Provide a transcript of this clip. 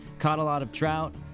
caught a lot of trout,